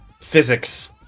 physics